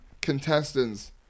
contestants